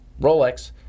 rolex